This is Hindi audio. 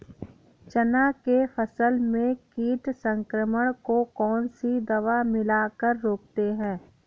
चना के फसल में कीट संक्रमण को कौन सी दवा मिला कर रोकते हैं?